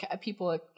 people